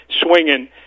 swinging